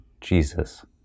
jesus